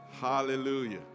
Hallelujah